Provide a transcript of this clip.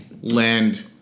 land